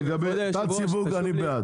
לגבי תת-סיווג, אני בעד.